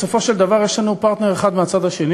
בסופו של דבר יש לנו פרטנר אחד מהצד השני